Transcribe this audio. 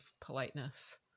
politeness